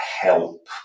help